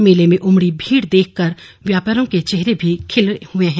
मेले में उमडी भीड़ देख कर व्यापारियों के चेहरे खिल हए हैं